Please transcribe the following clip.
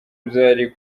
byari